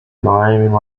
miami